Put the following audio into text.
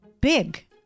big